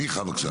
מיכה בבקשה.